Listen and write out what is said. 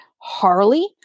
Harley